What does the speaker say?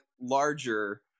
larger